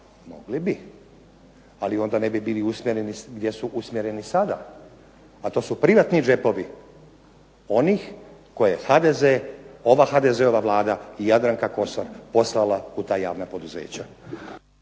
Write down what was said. Mogli bi, ali onda ne bi bili usmjereni gdje su usmjereni sada, a to su privatni džepovi onih koje HDZ, ova HDZ-ova Vlada i Jadranka Kosor poslala u ta javna poduzeća.